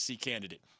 candidate